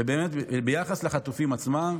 ביחס לחטופים עצמם,